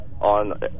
on